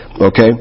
Okay